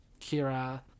Kira